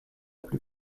plus